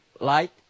light